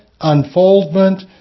unfoldment